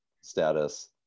status